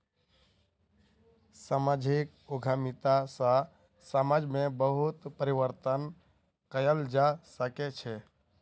सामाजिक उद्यमिता सॅ समाज में बहुत परिवर्तन कयल जा सकै छै